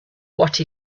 what